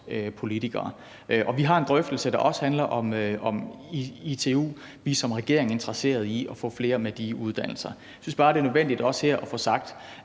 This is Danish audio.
politikere. Og vi har en drøftelse, der også handler om ITU, og vi er som regering interesseret i at få flere med de uddannelser. Jeg synes bare, det er nødvendigt også her at få sagt,